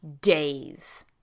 days